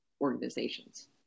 organizations